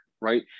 right